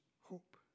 hope